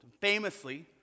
famously